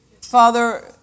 Father